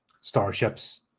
starships